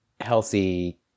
healthy